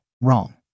Wrong